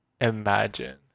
imagine